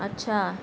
اچھا